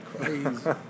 Crazy